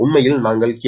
உண்மையில் நாங்கள் கே